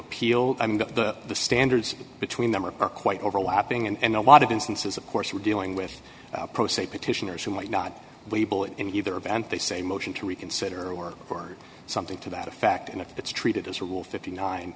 appeal the standards between them are quite overlapping and a lot of instances of course we're dealing with prostate petitioners who might not be able in either event they say motion to reconsider or or something to that effect and if it's treated as a rule fifty nine